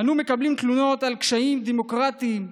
אנו מקבלים תלונות על קשיים ביורוקרטיים כבדים,